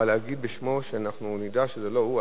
הוא בא להגיד בשמו שנדע שזה לא הוא,